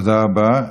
תודה רבה.